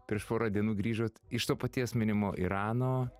prieš porą dienų grįžot iš to paties minimo irano